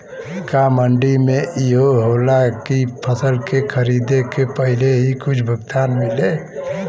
का मंडी में इहो होला की फसल के खरीदे के पहिले ही कुछ भुगतान मिले?